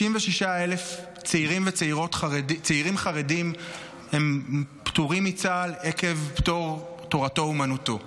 66,000 צעירים חרדים פטורים מצה"ל עקב פטור תורתו אומנותו.